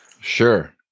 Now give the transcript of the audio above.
Sure